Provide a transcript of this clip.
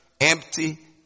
empty